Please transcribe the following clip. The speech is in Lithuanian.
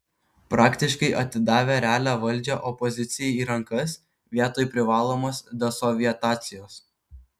praktiškai atidavę realią valdžią opozicijai į rankas vietoj privalomos desovietizacijos